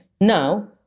Now